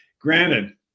Granted